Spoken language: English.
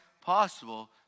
possible